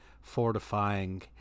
fortifying